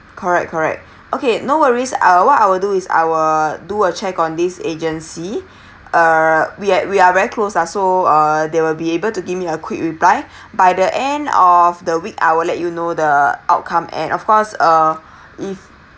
correct correct okay no worries uh what I will do is I'll do a check on this agency uh we are we are very close uh so uh they will be able to give me a quick reply by the end of the week I'll let you know the outcome and of course uh if